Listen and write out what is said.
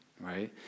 right